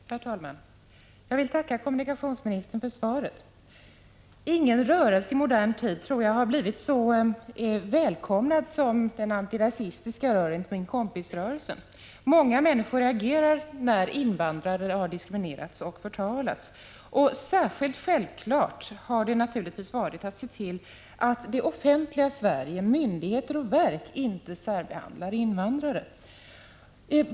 Herr talman! Jag vill tacka kommunikationsministern för svaret. Ingen rörelse i modern tid har blivit så välkomnad som den antirasistiska rörelsen ”Rör inte min kompis”. Många människor har reagerat när invandrare har diskriminerats och förtalats. Särskilt självklart har det naturligtvis varit att se till att det offentliga Sverige — myndigheter och verk — inte särbehandlar invandrare.